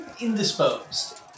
indisposed